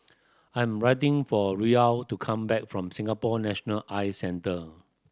I'm waiting for Raul to come back from Singapore National Eye Centre